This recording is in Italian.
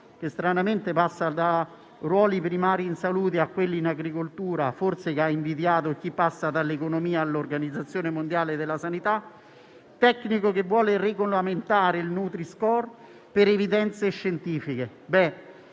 che stranamente passa da ruoli primari in salute a quelli in agricoltura, forse invidiando chi passa dall'economia all'Organizzazione mondiale della sanità, un tecnico che vuole regolamentare il nutri-score per evidenze scientifiche.